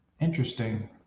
Interesting